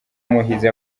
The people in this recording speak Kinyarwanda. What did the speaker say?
muhizi